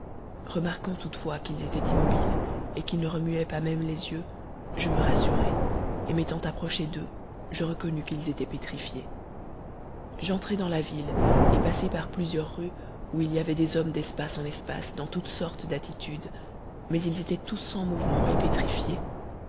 remarquant toutefois qu'ils étaient immobiles et qu'ils ne remuaient pas même les yeux je me rassurai et m'étant approchée d'eux je reconnus qu'ils étaient pétrifiés j'entrai dans la ville et passai par plusieurs rues où il y avait des hommes d'espace en espace dans toutes sortes d'attitudes mais ils étaient tous sans mouvement et pétrifiés